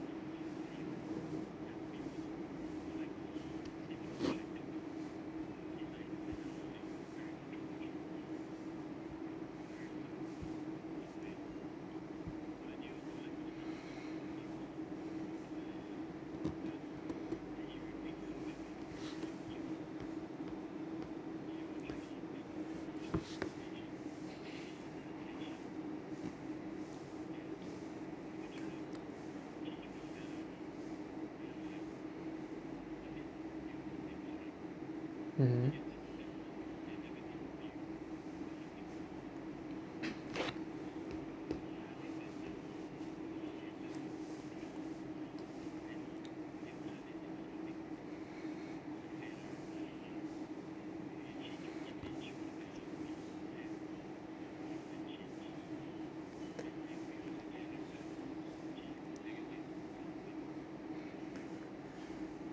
mmhmm